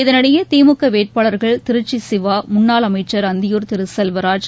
இதனிடையே திமுக வேட்பாளர்கள் திருச்சி சிவா முன்னாள் அமைச்சர் அந்தியூர் திரு செல்வராஜ்